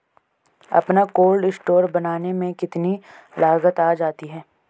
अपना cold store बनाने में कितनी लागत आ जाती है?